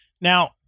Now